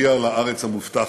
נגיע לארץ המובטחת.